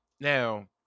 Now